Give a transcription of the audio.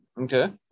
Okay